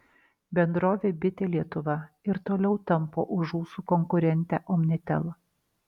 bendrovė bitė lietuva ir toliau tampo už ūsų konkurentę omnitel